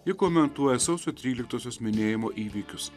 ji komentuoja sausio tryliktosios minėjimo įvykius